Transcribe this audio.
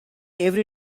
every